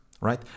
right